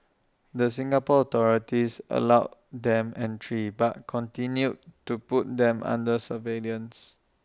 the Singapore authorities allowed them entry but continued to put them under surveillance